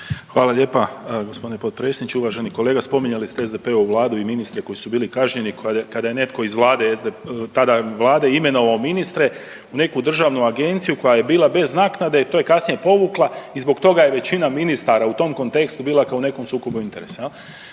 Hvala lijepa gospodine potpredsjedniče. Uvaženi kolega spominjali ste SDP-ovu vladu i ministre koji su bili kažnjeni kada je netko iz vlade, tada vlade imenovao ministre u neku državnu agenciju koja je bila bez naknade i to je kasnije povukla i zbog toga je većina ministara u tom kontekstu bila kao u nekom sukobu interesa